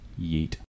Yeet